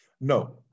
No